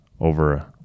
over